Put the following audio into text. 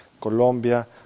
Colombia